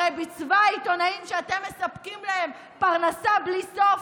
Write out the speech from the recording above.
הרי בצבא העיתונאים שאתם מספקים להם פרנסה בלי סוף,